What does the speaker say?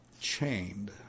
chained